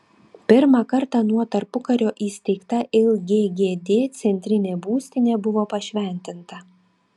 pirmą kartą nuo tarpukario įsteigta lggd centrinė būstinė buvo pašventinta